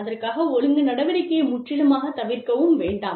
அதற்காக ஒழுங்கு நடவடிக்கையை முற்றிலுமாக தவிர்க்கவும் வேண்டாம்